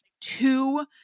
two